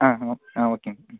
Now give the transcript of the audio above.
ஆ ஆ okay madam